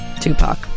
Tupac